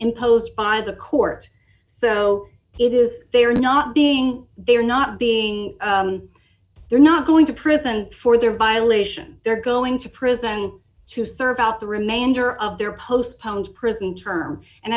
imposed by the court so it is they are not being they are not being they're not going to prison for their violation they're going to prison to serve out the remainder of their postponed prison term and